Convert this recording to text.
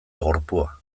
gorpua